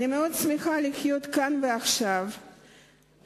אני מאוד שמחה להיות כאן ועכשיו כאשר